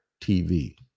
tv